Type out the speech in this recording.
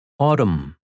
Autumn